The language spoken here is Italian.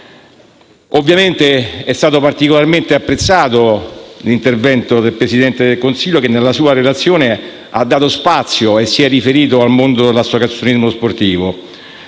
a parte, è stato particolarmente apprezzato l'intervento del Presidente del Consiglio, che, nella sua relazione ha dato spazio e si è riferito al mondo dell'associazionismo sportivo.